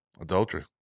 adultery